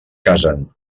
casen